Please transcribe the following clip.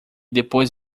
depois